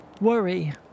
worry